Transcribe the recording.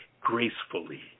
gracefully